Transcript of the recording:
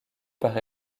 par